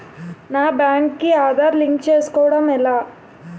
నా బ్యాంక్ కి ఆధార్ లింక్ చేసుకోవడం ఎలా?